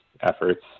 efforts